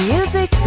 Music